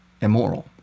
immoral